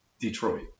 Detroit